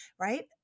right